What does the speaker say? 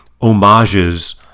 homages